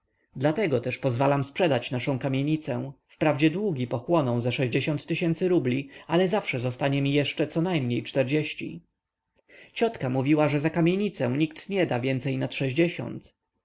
dlatego też pozwalam sprzedać naszę kamienicę wprawdzie długi pochłoną ze sześćdziesiąt tysięcy rubli ale zawsze zostanie mi jeszcze conajmniej czterdzieści ciotka mówiła że za kamienicę nikt nie da więcej nad sześćdziesiąt